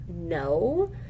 No